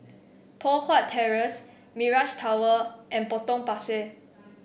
Poh Huat Terrace Mirage Tower and Potong Pasir